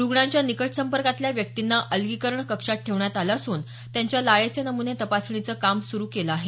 रूग्णांच्या निकट संपर्कातल्या व्यक्तींना अलगीकरण कक्षात ठेवण्यात आले असून त्यांच्या लाळेचे नमुने तपासणीचं काम सुरू केलं आहे